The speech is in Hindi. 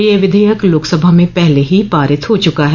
यह विधेयक लोकसभा में पहले ही पारित हो च्का है